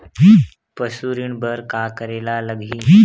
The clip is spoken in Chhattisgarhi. पशु ऋण बर का करे ला लगही?